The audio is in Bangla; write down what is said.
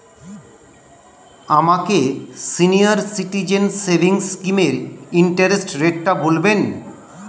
আমাকে সিনিয়র সিটিজেন সেভিংস স্কিমের ইন্টারেস্ট রেটটা বলবেন